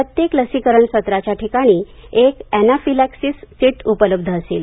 प्रत्येक लसीकरण सत्राच्या ठिकाणी एक एनाफीलॅक्सींस कीट उपलब्ध असेल